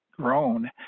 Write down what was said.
grown